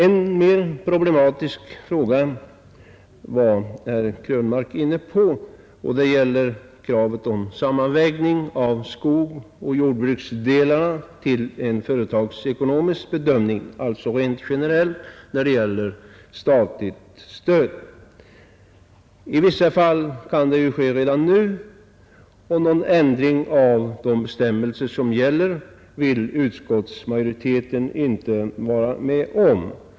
En mer problematisk fråga var herr Krönmark inne på; det gällde kravet på en företagsekonomisk sammanvägning av jordbruksoch skogsbruksdelarna vid bedömningen av om statligt stöd skall utgå. I vissa fall kan en sådan bedömning ske redan nu, och någon ändring av gällande bestämmelser vill utskottsmajoriteten inte vara med om.